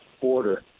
border